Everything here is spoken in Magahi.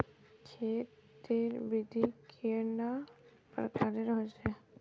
खेत तेर विधि कैडा प्रकारेर होचे?